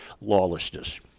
lawlessness